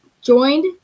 joined